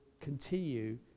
continue